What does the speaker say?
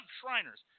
Shriners